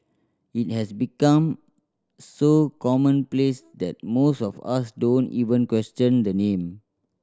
it has become so commonplace that most of us don't even question the name